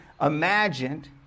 imagined